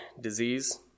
disease